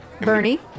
bernie